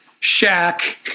Shaq